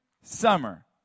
summer